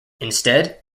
instead